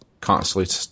constantly